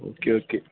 okay okay